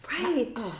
Right